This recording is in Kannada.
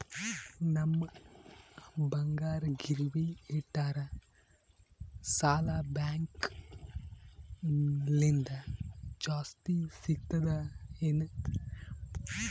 ನಮ್ ಬಂಗಾರ ಗಿರವಿ ಇಟ್ಟರ ಸಾಲ ಬ್ಯಾಂಕ ಲಿಂದ ಜಾಸ್ತಿ ಸಿಗ್ತದಾ ಏನ್?